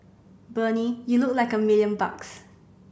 Bernie you look like a million bucks